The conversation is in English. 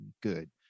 good